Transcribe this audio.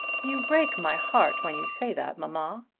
you break my heart when you say that, mamma.